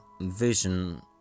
vision